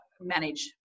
manage